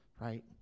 right